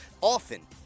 often